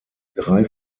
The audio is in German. drei